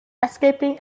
escaping